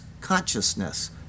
Consciousness